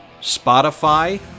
Spotify